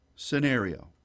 Scenario